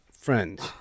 friends